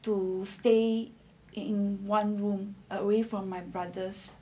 to stay in one room away from my brothers